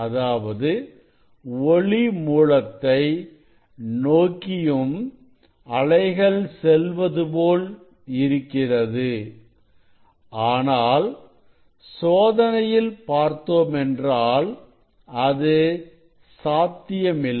அதாவது ஒளி மூலத்தை நோக்கியும் அலைகள் செல்வதுபோல் இருக்கிறது ஆனால் சோதனையில் பார்த்தோமென்றால் அது சாத்தியமில்லை